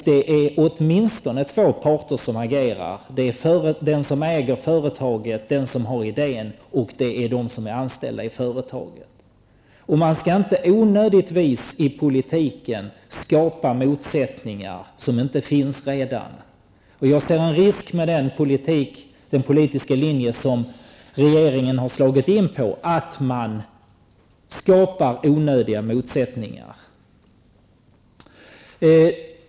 Det är åtminstone två parter som agerar -- den som äger företaget, den som har idén, och de som är anställda i företaget. Man skall inte onödigtvis i politiken skapa motsättningar som inte redan finns. Jag ser en risk för att man skapar onödiga motsättningar med den politiska linje som regeringen har slagit in på.